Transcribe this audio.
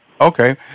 Okay